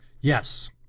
Yes